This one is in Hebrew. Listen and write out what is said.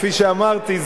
כפי שאמרתי,